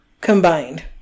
combined